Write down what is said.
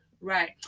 right